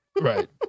Right